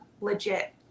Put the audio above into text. legit